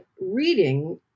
reading